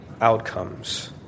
outcomes